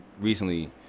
recently